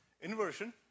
inversion